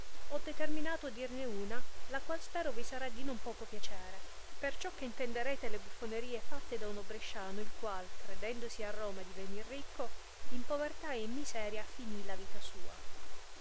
ho determinato dirne una la qual spero vi sarà di non poco piacere perciò che intenderete le buffonarie fatte da uno bresciano il qual credendosi a roma divenir ricco in povertà e in miseria finì la vita sua